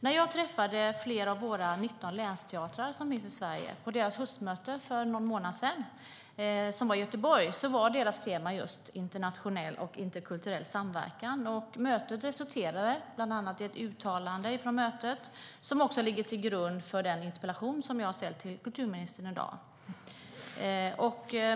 När jag träffade flera av de 19 länsteatrar som finns i Sverige på deras höstmöte i Göteborg för någon månad sedan var temat just internationell och interkulturell samverkan. Mötet resulterade bland annat i ett uttalande, som också ligger till grund för den interpellation jag har ställt till kulturministern.